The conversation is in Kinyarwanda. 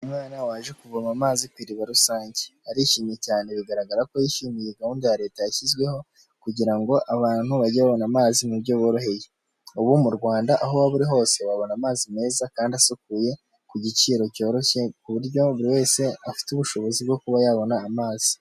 Umwana waje kuvoma amazi kw'iriba rusange, arishimye cyane bigaragara ko yishimiye gahunda ya leta yashyizweho kugira ngo abantu bajye babona amazi mu buryo buboroheye. Ubu mu Rwanda aho waba uri hose wabona amazi meza kandi asukuye ku giciro cyoroshye kuburyo buri wese afite ubushobozi bwo kuba yabona amazi.